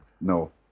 No